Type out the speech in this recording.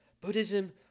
Buddhism